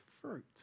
fruit